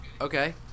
Okay